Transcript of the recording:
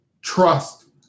trust